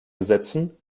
gesetzen